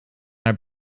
haar